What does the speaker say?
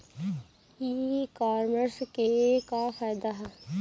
ई कामर्स से का फायदा ह?